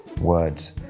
words